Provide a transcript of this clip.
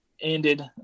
ended